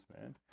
man